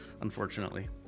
unfortunately